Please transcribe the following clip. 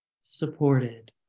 supported